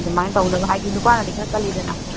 ꯑꯗꯨꯃꯥꯏ ꯇꯧꯅꯕ ꯍꯥꯏꯕꯗꯤ ꯅꯨꯄꯥꯅꯗꯤ ꯈꯔ ꯀꯜꯂꯤꯗꯅ